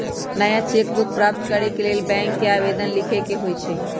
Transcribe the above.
नया cheque book प्राप्त करेके लेल बैंक के आवेदन लीखे के होइ छइ